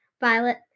Violet